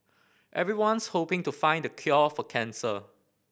everyone's hoping to find the cure for cancer